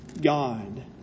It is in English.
God